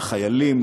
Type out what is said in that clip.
לחיילים,